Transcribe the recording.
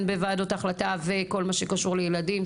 בוועדות החלטה וכל מה שקשור לילדים,